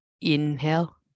Inhale